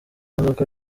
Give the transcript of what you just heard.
imodoka